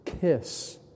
kiss